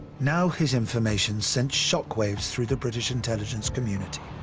now his information sent shock waves through the british intelligence community.